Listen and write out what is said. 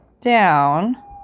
down